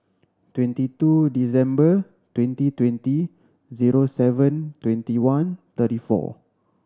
twenty two December twenty twenty zero seven twenty one thirty four